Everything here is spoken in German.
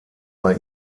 bei